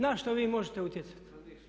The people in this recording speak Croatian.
Na što vi možete utjecati?